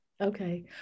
okay